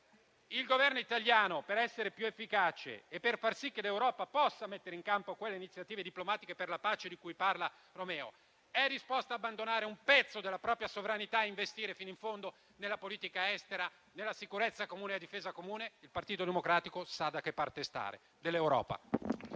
il Governo italiano, per essere più efficace e per far sì che l'Europa possa mettere in campo quelle iniziative diplomatiche per la pace di cui parla Romeo, è disposto ad abbandonare un pezzo della propria sovranità e a investire fino in fondo nella politica estera, nella sicurezza comune, nella difesa comune. Il Partito Democratico sa da che parte dell'Europa